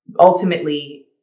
Ultimately